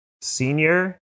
Senior